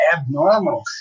abnormal